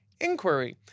inquiry